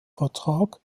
vertrag